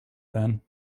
then